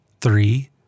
three